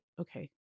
okay